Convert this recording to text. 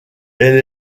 elle